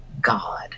God